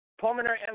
Pulmonary